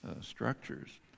structures